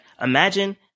Imagine